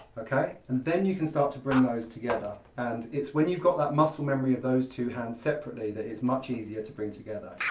okay, and then you can start to bring those together and it's when you've got that muscle memory of those two hands separately that it's much easier to bring together.